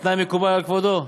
התנאי מקובל על כבודו?